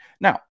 Now